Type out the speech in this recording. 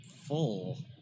full